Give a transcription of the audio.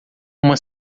uma